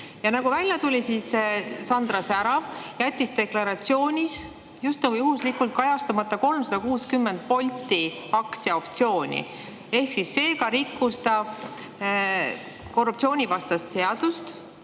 Nagu välja tuli, Sandra Särav jättis deklaratsioonis justnagu juhuslikult kajastamata 360 Bolti aktsiaoptsiooni. Seega rikkus ta korruptsioonivastast seadust,